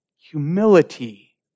Humility